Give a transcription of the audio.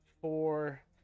four